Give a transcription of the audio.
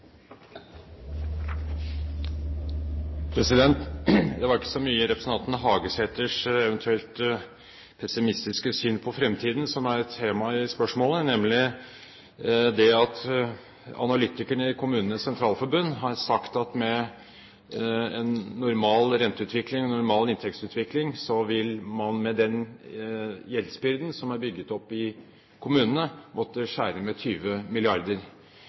spørsmålet, nemlig at analytikerne i KS har sagt at med en normal renteutvikling og normal inntektsutvikling vil man med den gjeldsbyrden som er bygd opp i kommunene, måtte skjære ned med 20